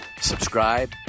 subscribe